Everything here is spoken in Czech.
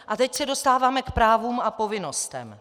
A teď se dostáváme k právům a povinnostem.